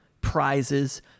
prizes